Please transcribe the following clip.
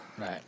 Right